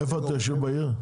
איפה אתה יושב בעיר?